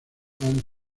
han